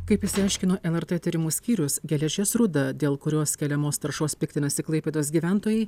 kaip išsiaiškino lrt tyrimų skyrius geležies rūda dėl kurios keliamos taršos piktinasi klaipėdos gyventojai